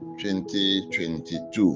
2022